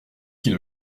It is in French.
qui